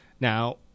now